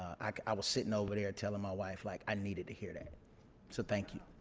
i i was sitting over there telling my wife like i needed to hear that so thank you.